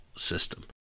system